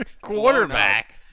quarterback